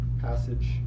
passage